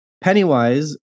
Pennywise